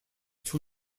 two